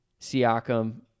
Siakam